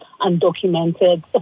undocumented